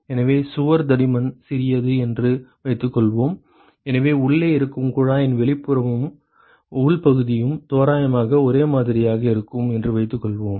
எனவே சுவர் தடிமன் சிறியது என்று வைத்துக்கொள்வோம் எனவே உள்ளே இருக்கும் குழாயின் வெளிப்புறமும் உள் பகுதியும் தோராயமாக ஒரே மாதிரியாக இருக்கும் என்று வைத்துக்கொள்வோம்